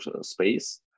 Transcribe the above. space